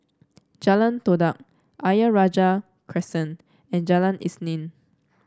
Jalan Todak Ayer Rajah Crescent and Jalan Isnin